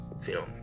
film